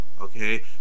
okay